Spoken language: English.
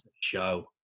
show